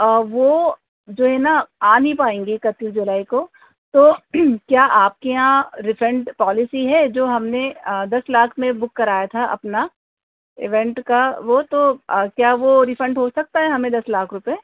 وہ جو ہے نا آ نہیں پائیں گے اکتیس جولائی کو تو کیا آپ کے یہاں ریفنڈ پالیسی ہے جو ہم نے دس لاکھ میں بک کرایا تھا اپنا ایونٹ کا وہ تو کیا وہ ریفنڈ ہو سکتا ہے ہمیں دس لاکھ روپے